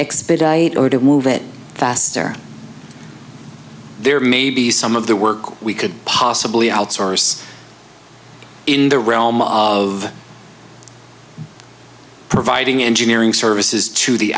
expedite order move it faster there may be some of the work we could possibly outsource in the realm of providing engineering services to the